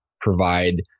provide